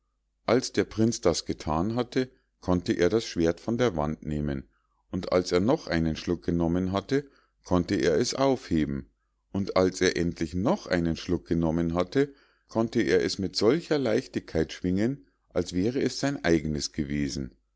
als der prinz das gethan hatte konnte er das schwert von der wand nehmen und als er noch einen schluck genommen hatte konnte er es aufheben und als er endlich noch einen schluck genommen hatte konnte er es mit solcher leichtigkeit schwingen als wär es sein eignes gewesen